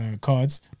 cards